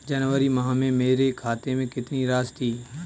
जनवरी माह में मेरे खाते में कितनी राशि थी?